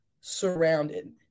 surrounded